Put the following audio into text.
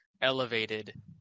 elevated